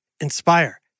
Inspire